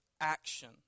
action